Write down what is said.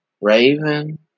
Raven